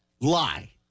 lie